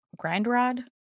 Grindrod